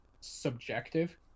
subjective